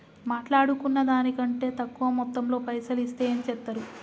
మాట్లాడుకున్న దాని కంటే తక్కువ మొత్తంలో పైసలు ఇస్తే ఏం చేత్తరు?